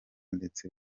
ndetse